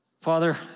Father